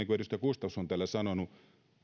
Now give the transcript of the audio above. kuin edustaja gustafsson täällä on sanonut eihän tämä